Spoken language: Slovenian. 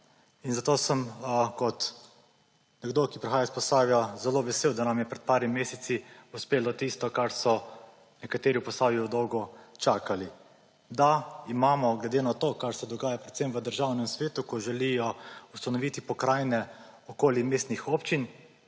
In zato sem kot nekdo, ki prihaja iz Posavja, zelo vesel, da nam je pred parimi meseci uspelo tisto kar so nekateri v Posavju dolgo čakali, da imamo glede na to kar se dogaja predvsem v Državnem svetu, ko želijo ustanoviti pokrajine okoli mestnih občin,